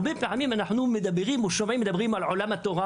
הרבה פעמים אנחנו מדברים על עולם התורה